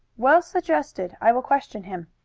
well suggested. i will question him.